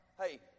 Hey